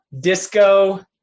Disco